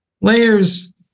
layers